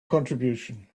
contribution